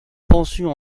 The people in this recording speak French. pension